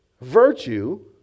virtue